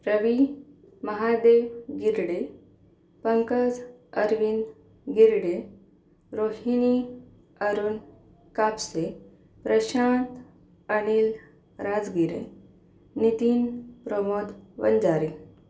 Ravi Mahadev Girde Pankaj Arvind Girde Rohini Arun Kapse Prashant Anil Rajgire Nitin Pramod Wanjare